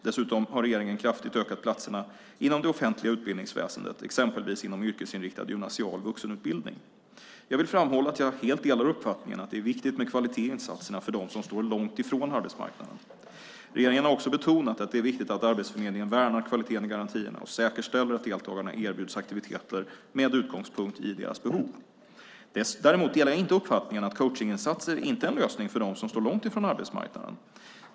Dessutom har regeringen kraftigt ökat platserna inom det offentliga utbildningsväsendet, exempelvis inom yrkesinriktad gymnasial vuxenutbildning. Jag vill framhålla att jag helt delar uppfattningen att det är viktigt med kvalitet i insatserna för dem som står långt från arbetsmarknaden. Regeringen har också betonat att det är viktigt att Arbetsförmedlingen värnar kvaliteten i garantierna och säkerställer att deltagarna erbjuds aktiviteter med utgångspunkt i deras behov. Däremot delar jag inte uppfattningen att coachningsinsatser inte är en lösning för dem som står långt från arbetsmarknaden.